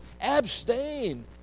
abstain